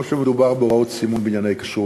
או שמדובר בהוראות סימון בענייני כשרות,